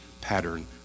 pattern